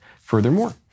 Furthermore